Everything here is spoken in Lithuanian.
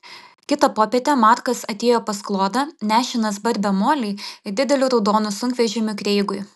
kitą popietę markas atėjo pas klodą nešinas barbe molei ir dideliu raudonu sunkvežimiu kreigui